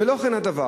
ולא כן הדבר.